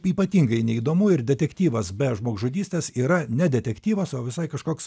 ypatingai neįdomu ir detektyvas be žmogžudystės yra ne detektyvas o visai kažkoks